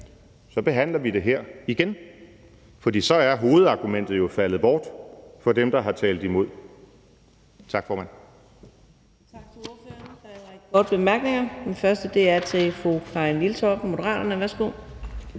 så behandler vi det her igen, for så er hovedargumentet for dem, der har talt imod, jo faldet